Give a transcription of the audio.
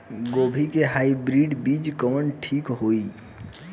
गोभी के हाईब्रिड बीज कवन ठीक होई?